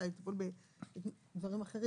אולי על טיפול בדברים אחרים.